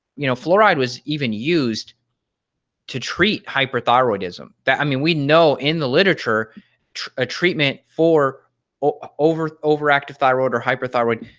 you know, fluoride was even used to treat hyperthyroidism. that i mean, we know in the literature, tre a treatment for o over overactive thyroid or hyperthyroid,